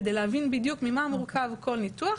כדי להבין ממה בדיוק מורכב כל ניתוח,